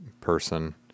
person